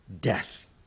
Death